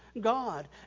God